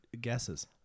guesses